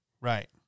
Right